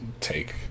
take